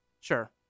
Sure